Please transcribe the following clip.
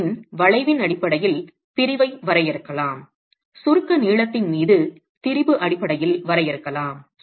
பிரிவின் வளைவின் அடிப்படையில் பிரிவை வரையறுக்கலாம் சுருக்க நீளத்தின் மீது திரிபு அடிப்படையில் வரையறுக்கலாம்